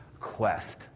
quest